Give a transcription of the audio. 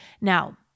Now